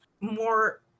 more